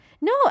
No